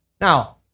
Now